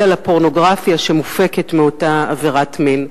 אלא לפורנוגרפיה שמופקת מאותה עבירת מין.